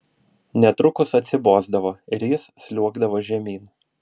netrukus atsibosdavo ir jis sliuogdavo žemyn